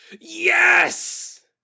Yes